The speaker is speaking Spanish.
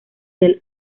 del